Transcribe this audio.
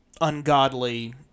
ungodly